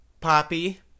Poppy